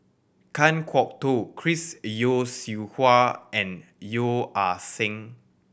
Kan Kwok Toh Chris Yeo Siew Hua and Yeo Ah Seng